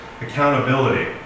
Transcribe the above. accountability